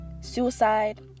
suicide